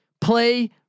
Play